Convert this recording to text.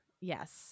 Yes